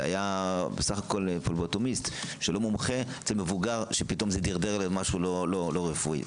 היה פבלוטומיסט שלא מומחה אצל מבוגר שדרדר למשהו לא רפואי?